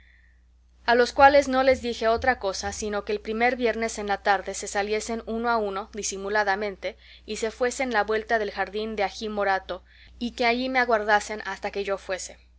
a los cuales no les dije otra cosa sino que el primer viernes en la tarde se saliesen uno a uno disimuladamente y se fuesen la vuelta del jardín de agi morato y que allí me aguardasen hasta que yo fuese